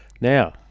now